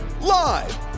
Live